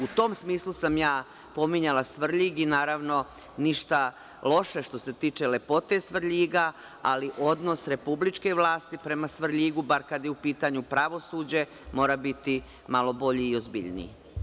U tom smislu sam ja pominjala Svrljig i naravno ništa loše što se tiče lepote Svrljiga, ali odnos republičke vlasti prema Svrljigu, bar kada je u pitanju pravosuđe mora biti malo bolji i ozbiljniji.